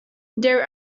there